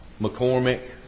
McCormick